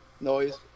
noise